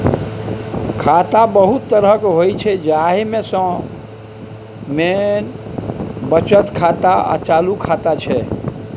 खाता बहुत तरहक होइ छै जाहि मे सँ मेन बचत खाता आ चालू खाता छै